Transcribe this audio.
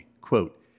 quote